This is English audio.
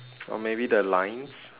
or maybe the lines